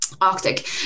arctic